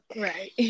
Right